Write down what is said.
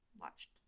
watched